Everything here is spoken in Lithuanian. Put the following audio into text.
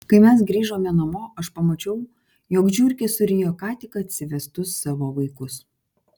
kai mes grįžome namo aš pamačiau jog žiurkė surijo ką tik atsivestus savo vaikus